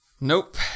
nope